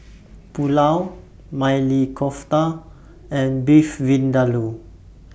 Pulao Maili Kofta and Beef Vindaloo